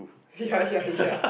ya ya ya